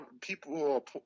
people